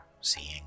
seeing